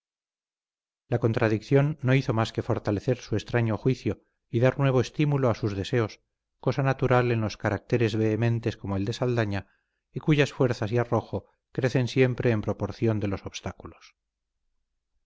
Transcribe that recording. la contradicción no hizo más que fortalecer su extraño juicio y dar nuevo estímulo a sus deseos cosa natural en los caracteres vehementes como el de saldaña y cuyas fuerzas y arrojo crecen siempre en proporción de los obstáculos